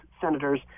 Senators